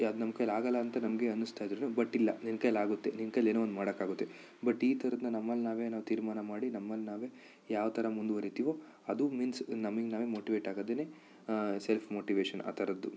ಯಾವುದು ನಮ್ಮ ಕೈಯ್ಯಲ್ಲಿ ಆಗಲ್ಲ ಅಂತ ನಮಗೆ ಅನ್ನಿಸ್ತಾಯಿದ್ರು ಬಟ್ ಇಲ್ಲ ನಿನ್ನ ಕೈಯ್ಯಲ್ಲಿ ಆಗುತ್ತೆ ನಿನ್ನ ಕೈಯ್ಯಲ್ಲಿ ಏನೋ ಒಂದು ಮಾಡೋಕೆ ಆಗುತ್ತೆ ಬಟ್ ಈ ಥರದನ್ನ ನಮ್ಮಲ್ಲಿ ನಾವೇ ನಾವು ತೀರ್ಮಾನ ಮಾಡಿ ನಮ್ಮಲ್ಲಿ ನಾವೇ ಯಾವ ಥರ ಮುಂದುವರಿತೀವೊ ಅದು ಮೀನ್ಸ್ ನಮಗೆ ನಾವೇ ಮೋಟಿವೇಟ್ ಆಗದೇನೆ ಸೆಲ್ಫ್ ಮೋಟಿವೇಷನ್ ಆ ಥರದ್ದು